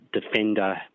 defender